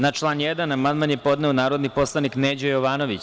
Na član 1. amandman je podneo narodni poslanik Neđo Jovanović.